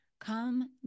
Come